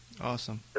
Awesome